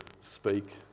speak